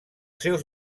seus